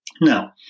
Now